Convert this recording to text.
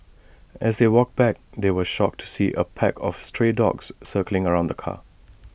as they walked back they were shocked to see A pack of stray dogs circling around the car